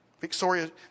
Victoria